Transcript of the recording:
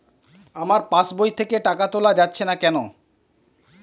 আমার পাসবই থেকে টাকা তোলা যাচ্ছে না কেনো?